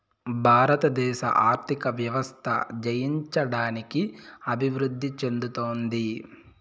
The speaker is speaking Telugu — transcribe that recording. భారతదేశ ఆర్థిక వ్యవస్థ జయించడానికి అభివృద్ధి చెందుతోంది